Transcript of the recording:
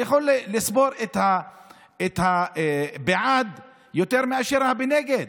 אני יכול לספור את הבעד יותר מאשר הנגד.